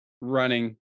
running